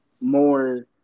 more